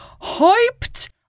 hyped